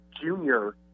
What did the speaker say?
junior